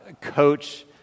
coach